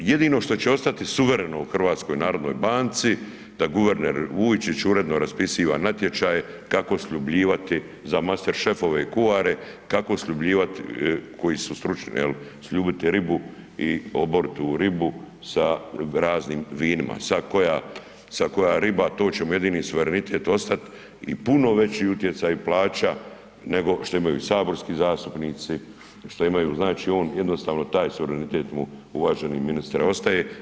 Jedino što će ostati suvereno u HNB-u da guverner Vujčić uredno raspisiva natječaje kako sljubljivati za masterschefove i kuare kako sljubljivati, koji su stručni jel, sljubiti ribu, oboritu ribu sa raznim vinima, sad koja riba to će mu jedini suverenitet ostati i puno veći utjecaj plaća nego što imaju saborski zastupnici, što imaju, znači on jednostavno taj suverenitet mu uvaženi ministre ostaje.